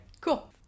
cool